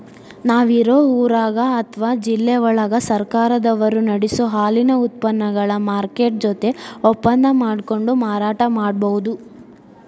ನಾವ್ ಇರೋ ಊರಾಗ ಅತ್ವಾ ಜಿಲ್ಲೆವಳಗ ಸರ್ಕಾರದವರು ನಡಸೋ ಹಾಲಿನ ಉತ್ಪನಗಳ ಮಾರ್ಕೆಟ್ ಜೊತೆ ಒಪ್ಪಂದಾ ಮಾಡ್ಕೊಂಡು ಮಾರಾಟ ಮಾಡ್ಬಹುದು